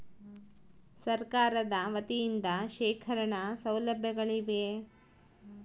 ಸರಕಾರದ ವತಿಯಿಂದ ಶೇಖರಣ ಸೌಲಭ್ಯಗಳಿವೆಯೇ?